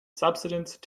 subsidence